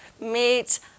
meet